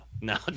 no